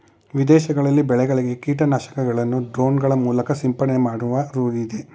ವಿದೇಶಗಳಲ್ಲಿ ಬೆಳೆಗಳಿಗೆ ಕೀಟನಾಶಕಗಳನ್ನು ಡ್ರೋನ್ ಗಳ ಮೂಲಕ ಸಿಂಪಡಣೆ ಮಾಡುವ ರೂಢಿಯಿದೆ